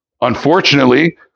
unfortunately